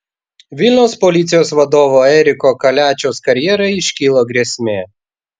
vilniaus policijos vadovo eriko kaliačiaus karjerai iškilo grėsmė